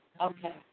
Okay